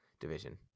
division